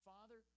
Father